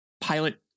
Pilot